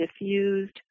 diffused